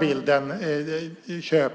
Jag ska